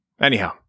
Anyhow